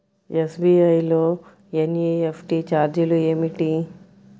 SBI లో NEFT ఛార్జీలు ఏమిటి?